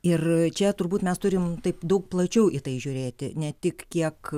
ir čia turbūt mes turim taip daug plačiau į tai žiūrėti ne tik kiek